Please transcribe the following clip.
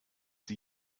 sie